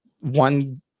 one